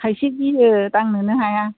खायसे गियो दांनोनो हाया